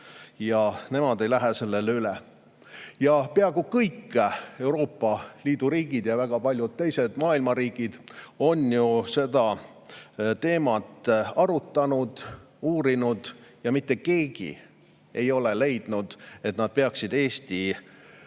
Nemad ei lähe sellele üle. Peaaegu kõik Euroopa Liidu riigid ja väga paljud teised maailma riigid on ju seda teemat arutanud ja uurinud, aga mitte keegi ei ole leidnud, et nad peaksid Eesti